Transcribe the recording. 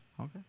Okay